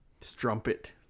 strumpet